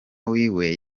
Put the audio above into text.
wiwe